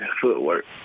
footwork